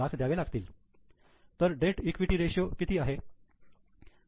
तर debt equity ratio किती आहे